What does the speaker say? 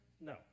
No